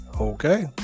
Okay